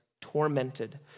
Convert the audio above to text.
tormented